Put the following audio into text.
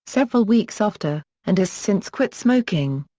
several weeks after, and has since quit smoking.